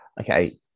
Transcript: Okay